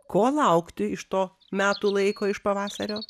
ko laukti iš to metų laiko iš pavasario